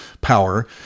power